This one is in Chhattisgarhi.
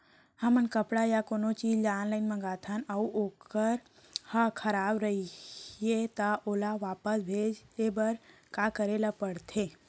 हमन कपड़ा या कोनो चीज ल ऑनलाइन मँगाथन अऊ वोकर ह खराब रहिये ता ओला वापस भेजे बर का करे ल पढ़थे?